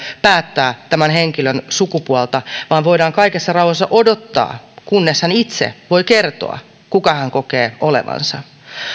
päättää henkilön sukupuolta vaan voidaan kaikessa rauhassa odottaa kunnes hän itse voi kertoa kuka hän kokee olevansa